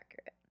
accurate